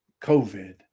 COVID